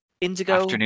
Indigo